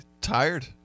Tired